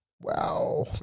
Wow